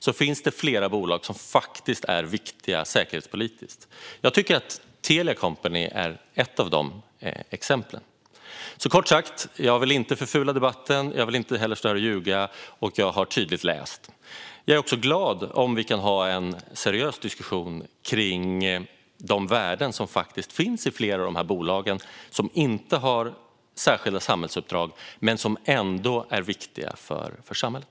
Det finns flera bolag som faktiskt är säkerhetspolitiskt viktiga, och jag tycker att Telia Company är ett av dem. Så, kort sagt: Jag vill inte förfula debatten. Jag vill inte heller stå här och ljuga, och jag har läst noggrant. Jag är dessutom glad om vi kan ha en seriös diskussion kring de värden som faktiskt finns i flera av de bolag som inte har särskilda samhällsuppdrag men som ändå är viktiga för samhället.